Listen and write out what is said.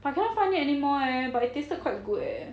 but I cannot find it anymore eh but it tasted quite good eh